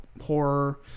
horror